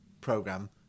program